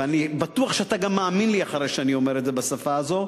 ואני בטוח שאתה גם מאמין לי אחרי שאני אומר את זה בשפה הזו,